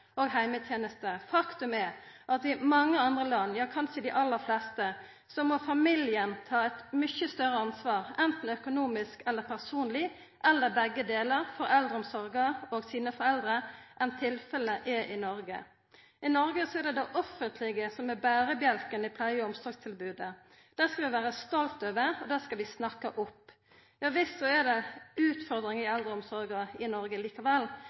og heimetenester. Faktum er at i mange andre land, ja kanskje dei aller fleste, må familien ta eit mykje større ansvar enten økonomisk eller personleg, eller begge delar, for eldreomsorga og for sine foreldre enn det tilfellet er i Noreg. I Noreg er det det offentlege som er berebjelken i pleie- og omsorgstilbodet. Det skal vi vera stolte av, og det skal vi snakka opp. Visst er det utfordringar i eldreomsorga i Noreg likevel,